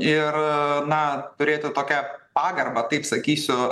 ir na turėti tokią pagarbą taip sakysiu